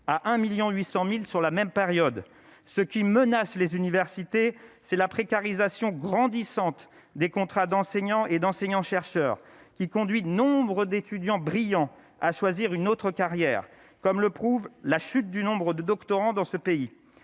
800 1000 sur la même période, ce qui menace les universités, c'est la précarisation grandissante des contrats d'enseignants et d'enseignants chercheurs qui conduit nombre d'étudiants brillants à choisir une autre carrière, comme le prouve la chute du nombre de doctorants dans ce pays,